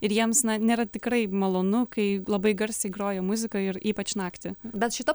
ir jiems na nėra tikrai malonu kai labai garsiai groja muzika ir ypač naktį